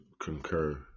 concur